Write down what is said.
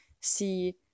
see